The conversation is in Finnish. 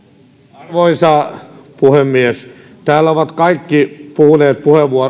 arvoisa puhemies täällä ovat kaikki puhuneet